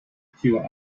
pure